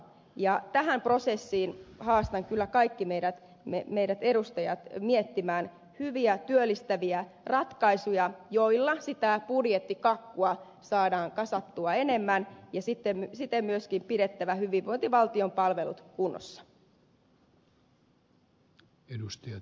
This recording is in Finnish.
ja tähän prosessiin haastan kyllä kaikki meidät edustajat miettimään hyviä työllistäviä ratkaisuja joilla sitä budjettikakkua saadaan kasattua enemmän ja siten myöskin pidettyä hyvinvointivaltion palvelut kunnossa